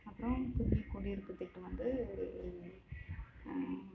அப்புறம் புதிய குடியிருப்பு திட்டம் வந்து